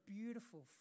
beautiful